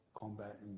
combat